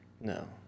No